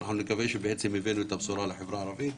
אנחנו נקווה שבעצם הבאנו את הבשורה לחברה הערבית,